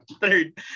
third